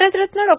Bharat Ratna Dr